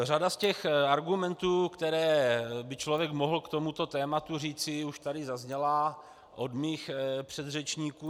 Řada z argumentů, které by člověk mohl k tomuto tématu říci, už tady zazněla od mých předřečníků.